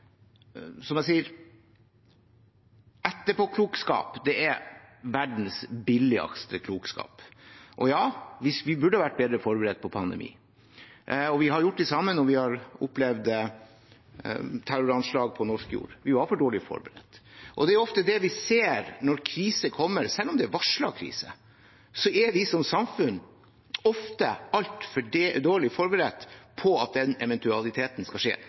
gjort det samme når vi har opplevd terroranslag på norsk jord: Vi var for dårlig forberedt. Det er ofte det vi ser når en krise kommer, selv om det er en varslet krise. Vi som samfunn er ofte altfor dårlig forberedt på at den eventualiteten skal skje,